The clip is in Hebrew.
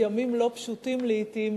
בימים לא פשוטים לעתים,